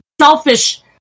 selfish